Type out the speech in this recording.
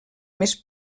més